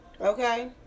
Okay